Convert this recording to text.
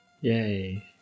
Yay